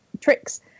tricks